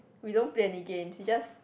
we don't play any game she just